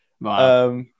Wow